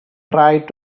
tried